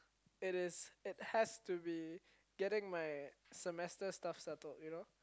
it is it has to be getting my semester stuff settled you know